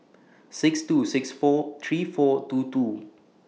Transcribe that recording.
six two six four three four two two